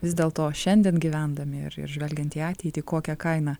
vis dėlto šiandien gyvendami ir ir žvelgiant į ateitį kokia kaina